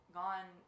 gone